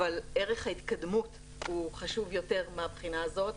אבל ערך ההתקדמות הוא חשוב יותר מהבחינה הזאת,